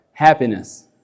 happiness